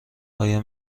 آیا